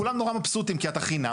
כולם נורא מבסוטים, כי אתה חינם.